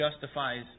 justifies